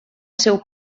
seu